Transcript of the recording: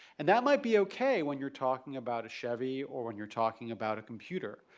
and that might be okay when you're talking about a chevy or when you're talking about a computer,